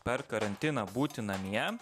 per karantiną būti namie